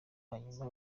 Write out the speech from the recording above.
hanyuma